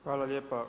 Hvala lijepa.